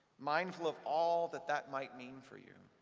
mindful of all that that might mean for you,